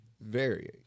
vary